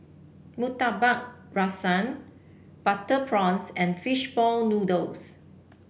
Murtabak Rusa Butter Prawns and fish ball noodles